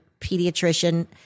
pediatrician